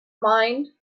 mind